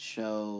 Show